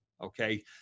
Okay